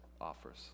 offers